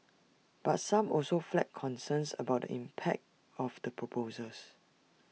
but some also flagged concerns about the impact of the proposals